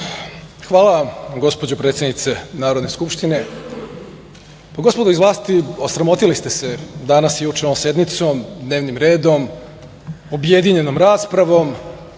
vam, gospođo predsednice Narodne skupštine. Gospodo iz vlasti, osramotili ste se danas i juče ovom sednicom, dnevnim redom, objedinjenom raspravom,